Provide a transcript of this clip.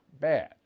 bad